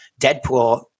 Deadpool